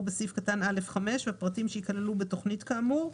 בסעיף קטן (א)(5) והפרטים שייכללו בתכנית כאמור,